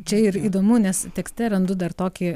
čia ir įdomu nes tekste randu dar tokį